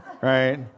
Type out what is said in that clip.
Right